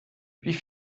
wie